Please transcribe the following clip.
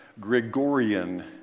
Gregorian